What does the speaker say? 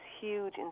huge